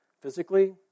physically